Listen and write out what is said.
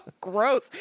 gross